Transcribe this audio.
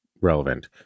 relevant